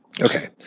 Okay